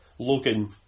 Logan